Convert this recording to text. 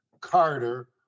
Carter